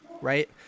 right